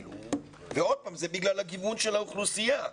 ושוב זה בגלל הגיוון של האוכלוסייה.